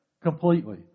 completely